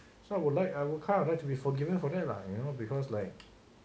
so I would like I will kind of like to be forgiven for that lah you know because like